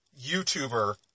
YouTuber